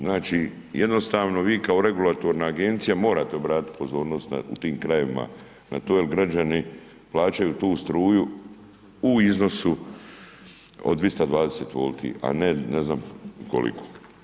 Znači, jednostavno vi kao regulatorna agencija morate obratiti pozornost u tim krajevima jer ti građani plaćaju tu struju u iznosu od 220 W, a ne, ne znam koliko.